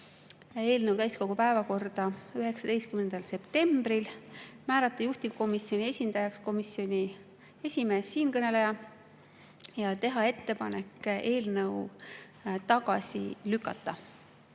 eelnõu täiskogu päevakorda 19. septembril, määrata juhtivkomisjoni esindajaks komisjoni esimees, siinkõneleja, ja teha ettepanek eelnõu tagasi lükata.